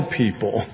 people